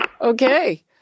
Okay